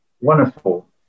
wonderful